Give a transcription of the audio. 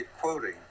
quoting